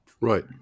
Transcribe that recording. Right